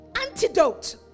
antidote